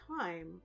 time